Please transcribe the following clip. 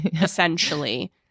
essentially